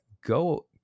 go